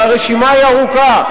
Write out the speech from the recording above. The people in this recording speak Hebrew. והרשימה ארוכה.